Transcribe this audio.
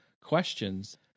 questions